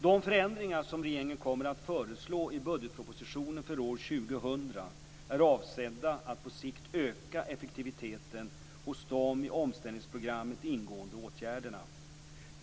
De förändringar som regeringen kommer att föreslå i budgetpropositionen för år 2000 är avsedda att på sikt öka effektiviteten hos de i omställningsprogrammet ingående åtgärderna.